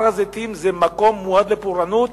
הר-הזיתים זה מקום מועד לפורענות